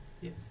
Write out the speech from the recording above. Yes